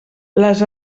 les